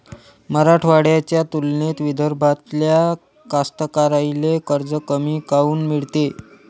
मराठवाड्याच्या तुलनेत विदर्भातल्या कास्तकाराइले कर्ज कमी काऊन मिळते?